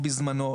בזמנו,